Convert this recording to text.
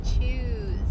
choose